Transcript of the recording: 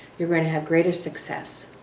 you're going to have greater success.